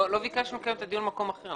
לא ביקשנו לקיים את הדיון במקום אחר.